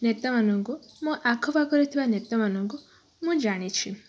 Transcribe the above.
ନେତାମାନଙ୍କୁ ମୋ ଆଖପାଖରେ ଥିବା ନେତା ମାନଙ୍କୁ ମୁଁ ଜାଣିଛି